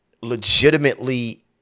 legitimately